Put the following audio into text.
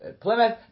Plymouth